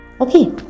okay